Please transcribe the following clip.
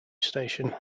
station